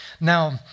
Now